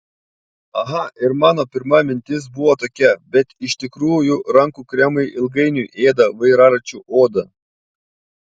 aha ir mano pirma mintis buvo tokia bet iš tikrųjų rankų kremai ilgainiui ėda vairaračių odą